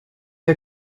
der